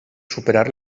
superar